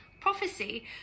Prophecy